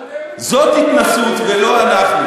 זאת התנשאות, ולא אנחנו.